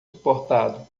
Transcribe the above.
suportado